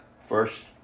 first